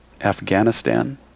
Afghanistan